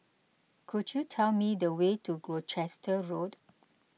could you tell me the way to Gloucester Road